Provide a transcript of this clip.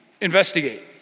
investigate